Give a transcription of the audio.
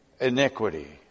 Iniquity